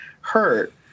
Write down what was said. hurt